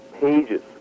pages